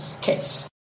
case